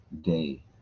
day